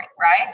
right